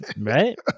right